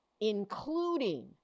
including